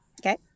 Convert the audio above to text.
Okay